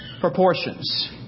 Proportions